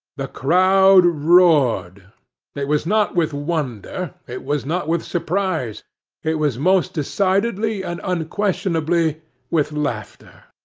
the crowd roared it was not with wonder, it was not with surprise it was most decidedly and unquestionably with laughter.